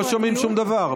לא שומעים שום דבר.